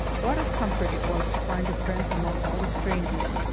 what a comfort it was to find a friend among all the strangers!